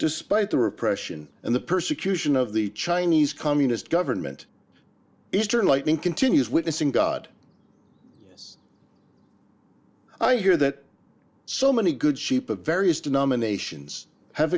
despite the repression and the persecution of the chinese communist government is turn lightning continues witnessing god yes i hear that so many good sheep of various denominations have